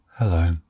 Hello